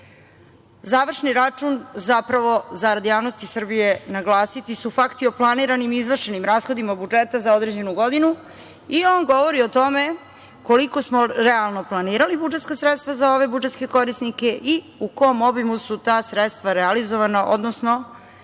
praksa. Završni račun, zapravo zarad javnosti Srbije, naglasiti su fakti o planiranim izvršenim rashodima budžeta za određenu godinu, i on govori o tome koliko smo realno planirali budžetska sredstva za ove budžetske korisnike i u kom obimu su ta sredstva realizovana, odnosno